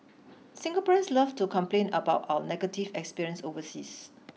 Singaporeans love to complain about our negative experience overseas